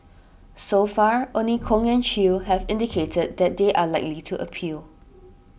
so far only Kong and Chew have indicated that they are likely to appeal